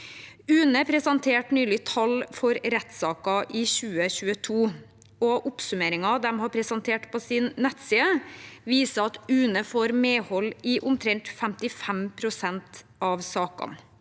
UNE presenterte nylig tall for rettssaker i 2022, og oppsummeringen de har presentert på sin nettside, viser at UNE får medhold i omtrent 55 pst. av sakene.